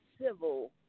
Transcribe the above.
civil –